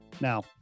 Now